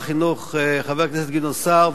חבר הכנסת גדעון סער,